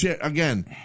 again